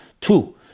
Two